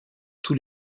tous